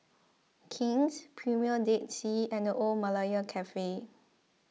King's Premier Dead Sea and the Old Malaya Cafe